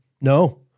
no